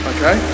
Okay